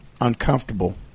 uncomfortable